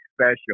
special